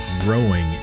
growing